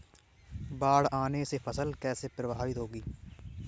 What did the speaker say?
बाढ़ आने से फसल कैसे प्रभावित होगी?